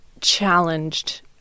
challenged